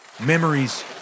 memories